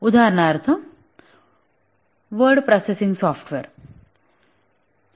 उदाहरणार्थ word processing software म्हणू